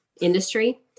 industry